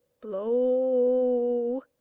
Blow